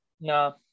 No